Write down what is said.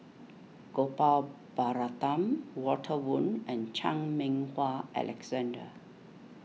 Gopal Baratham Walter Woon and Chan Meng Wah Alexander